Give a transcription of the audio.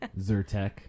Zyrtec